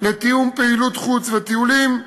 לתיאום פעילות חוץ וטיולים,